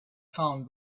found